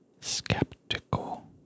skeptical